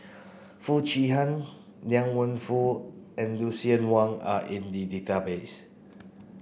Foo Chee Han Liang Wenfu and Lucien Wang are in the database